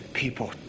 people